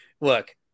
look